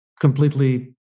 completely